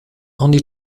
only